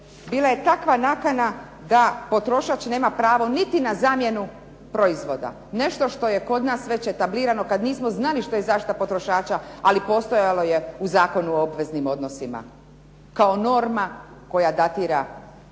bila je takva nakana da potrošač nema pravo niti na zamjenu proizvoda, nešto što je kod nas već etablirano kad nismo znali šta je zaštita potrošača ali postojalo je u Zakonu o obveznim odnosima kao norma koja datira gotovo